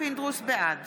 בעד